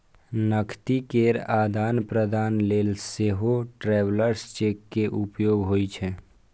नकदी केर आदान प्रदान लेल सेहो ट्रैवलर्स चेक के उपयोग होइ छै